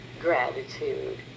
gratitude